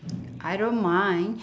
I don't mind